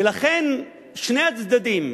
ולכן שני הצדדים,